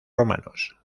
romanos